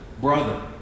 brother